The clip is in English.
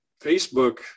facebook